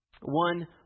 One